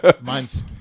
mine's